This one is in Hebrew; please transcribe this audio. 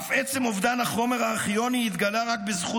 אף עצם אובדן החומר הארכיון התגלה רק בזכות